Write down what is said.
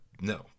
No